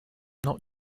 not